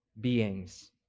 beings